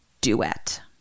duet